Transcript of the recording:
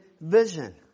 vision